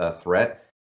threat